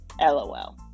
LOL